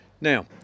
Now